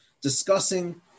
discussing